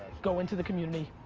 go into the community.